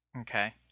Okay